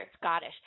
Scottish